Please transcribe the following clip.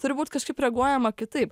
turi būt kažkaip reaguojama kitaip